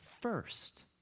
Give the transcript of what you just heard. first